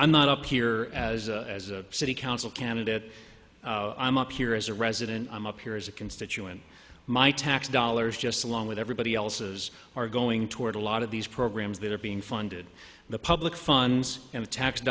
i'm not up here as as a city council candidate i'm up here as a resident i'm up here as a constituent my tax dollars just along with everybody else's are going toward a lot of these programs that are being funded the public funds and the tax